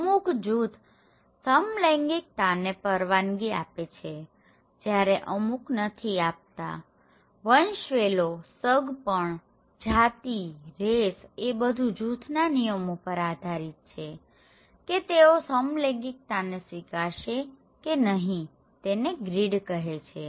અમુક જૂથ સમલૈંગિકતાને પરવાનગી આપે છે જ્યારે અમુક નથી આપતાવંશવેલોસગપણજાતિરેસ એ બધું જૂથના નિયમો પર આધારિત છે કે તેઓ સમલૈંગિકતાને સ્વીકારશે કે નહીંતેને ગ્રીડ કહે છે